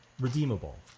redeemable